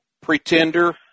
Pretender